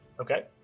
okay